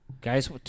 Guys